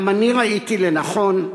גם אני ראיתי לנכון,